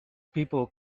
people